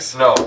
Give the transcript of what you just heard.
no